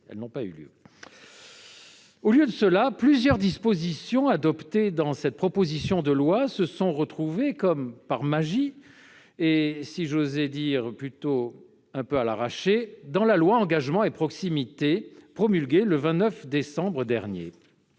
Au lieu de cela, plusieurs dispositions adoptées dans cette proposition de loi se sont retrouvées, comme par magie et, si j'ose dire, quelque peu à l'arraché, dans la loi Engagement et proximité promulguée le 27 décembre dernier.